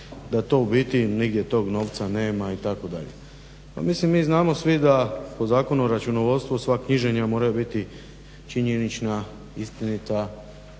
da to u biti nigdje tog novca nema itd. Pa mislim mi znamo svi da po Zakonu o računovodstvu sva knjiženja moraju biti činjenična, istinita,